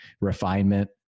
refinement